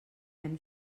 hem